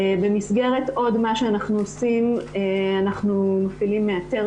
במסגרת עוד מה שאנחנו עושים אנחנו מפעילים מאתר